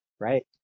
Right